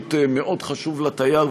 שירות מאוד חשוב לתייר,